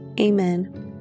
Amen